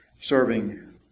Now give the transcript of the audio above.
serving